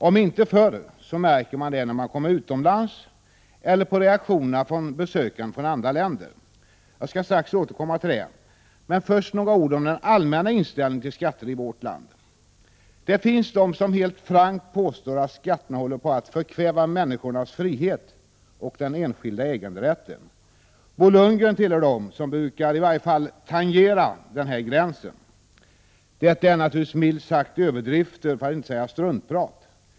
Om inte förr, så märker man det när man själv är utomlands eller på reaktionerna hos besökande från andra länder. Jag skall strax återkomma till frågan om vårt välfärdssamhälle, men först några ord om den allmänna inställningen till skatter i vårt land. Det finns de som helt frankt påstår att skatterna håller på att förkväva människornas frihet och den enskilda äganderätten. Bo Lundgren tillhör dem som i varje fall brukar tangera den gränsen. Detta är naturligtvis milt sagt en överdrift, för att inte säga struntprat.